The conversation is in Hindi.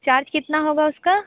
चार्ज कितना होगा उसका